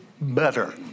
better